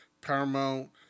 Paramount